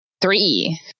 three